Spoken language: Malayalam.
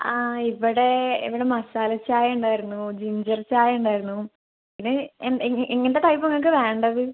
ആ ഇവിടെ ഇവിടെ മസാലച്ചായ ഉണ്ടായിരുന്നു ജിഞ്ചർ ചായ ഉണ്ടായിരുന്നു പിന്നെ എം എ എങ്ങനത്തെ ടൈപ്പാ നിങ്ങൾക്ക് വേണ്ടത്